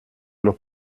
los